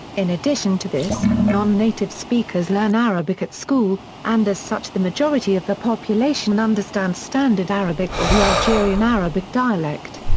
in addition to this, non-native speakers learn arabic at school, and as such the majority of the population understands standard arabic or the algerian arabic dialect.